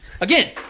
again